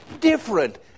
different